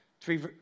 Three